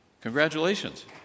Congratulations